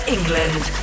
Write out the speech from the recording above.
England